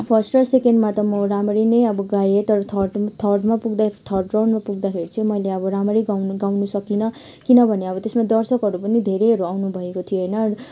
first र सेकेन्डमा त म राम्ररी नै अब गाएँ तर थर्डमा थर्डमा पुग्दाखेरि थर्डमा राउन्डमा पुग्दाखेरि चाहिँ मैले अब राम्ररी गाउन गाउन सकिनँ किनभने अब त्यसमा दर्शकहरू पनि धेरैहरू आउनुभएको थियो होइन